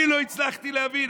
אני לא הצלחתי להבין.